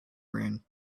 rain